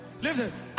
Listen